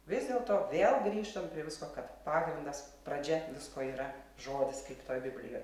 vis dėl to vėl grįžtam prie visko kad pagrindas pradžia visko yra žodis kaip toj biblijoj